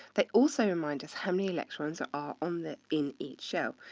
they also remind us how many electrons are ah on the in each shell.